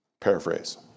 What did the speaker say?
paraphrase